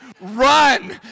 run